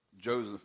Joseph